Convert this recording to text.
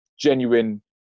genuine